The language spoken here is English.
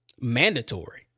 mandatory